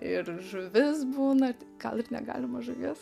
ir žuvis būna gal ir negalima žuvies